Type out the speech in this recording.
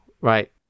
right